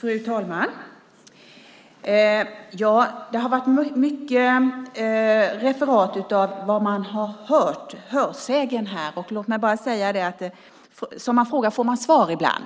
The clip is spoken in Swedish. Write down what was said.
Fru talman! Det har varit mycket referat av vad man har hört, hörsägen. Låt mig säga att som man frågar får man svar ibland.